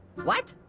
what?